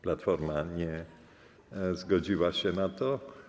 Platforma nie zgodziła się na to.